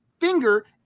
finger